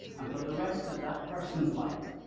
um for the rest of that person's life